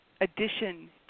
addition